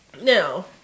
Now